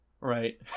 Right